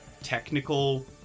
technical